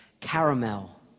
caramel